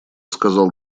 сказал